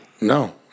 No